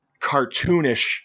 cartoonish